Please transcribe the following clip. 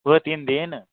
पूरे तीन दिन